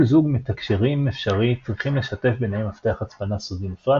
כל זוג מתקשרים אפשרי צריכים לשתף ביניהם מפתח הצפנה סודי נפרד